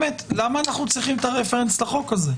למה אנחנו צריכים את הרפרנס לחוק הזה?